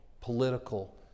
political